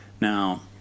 Now